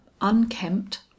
unkempt